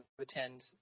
attend